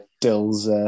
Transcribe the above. Dill's